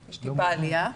בעליה.